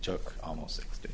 took almost sixty